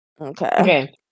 okay